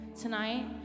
tonight